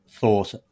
thought